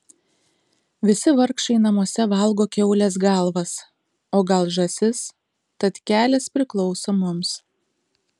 visi vargšai namuose valgo kiaulės galvas o gal žąsis tad kelias priklauso mums